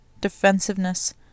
Defensiveness